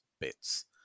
bits